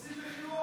רוצים לחיות.